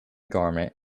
garment